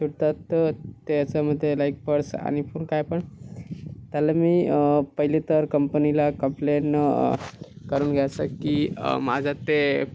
तर त्यात त्याच्यामध्ये लाइक पर्स आणि पण काय पण त्याला मी पहिले तर कंपनीला कम्प्लेन करून घ्यासाठी माझं ते